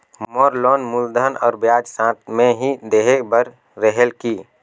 मोर loan मूलधन और ब्याज साथ मे ही देहे बार रेहेल की?